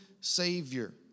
Savior